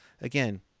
again